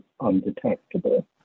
undetectable